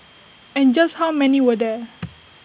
and just how many were there